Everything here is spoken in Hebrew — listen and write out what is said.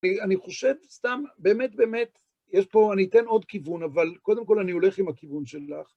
אני חושב, סתם, באמת, באמת, יש פה, אני אתן עוד כיוון, אבל קודם כל אני הולך עם הכיוון שלך.